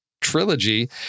trilogy